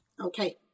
Okay